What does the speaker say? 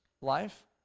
life